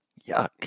Yuck